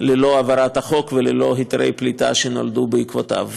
ללא העברת החוק וללא היתרי הפליטה שנולדו בעקבותיו.